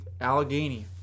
Allegheny